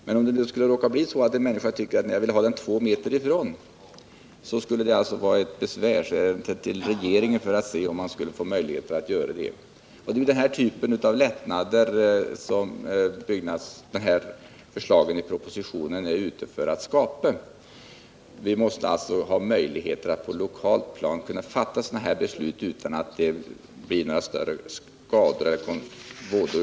Men om en person skulle tycka att han vill ha kåken två meter från huvudbyggnaden, då skulle det kunna bli nödvändigt att han besvärar sig hos regeringen för att få bygga på det sättet. Det är lättnader i sådana här avseenden som förslagen i propositionen vill åstadkomma. Vi borde ha möjligheter att på det lokala planet fatta sådana här beslut utan att det uppstår några skador eller vådor.